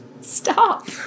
stop